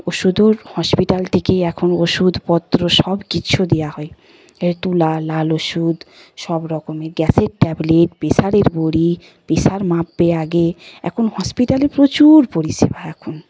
ওষুধওর hospital থেকেই এখন ওষুধপত্র সব কিছু দেওয়া হয় এ তুলো লাল ওষুধ সব রকমের গ্যাসের ট্যাবলেট প্রেসারের বড়ি প্রেসার মাপবে আগে এখন হসপিটালে প্রচুর পরিষেবা এখন